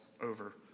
over